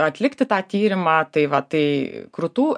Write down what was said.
atlikti tą tyrimą tai va tai krūtų